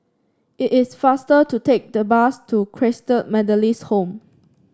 it is faster to take the bus to Christalite Methodist Home